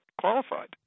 qualified